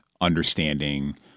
understanding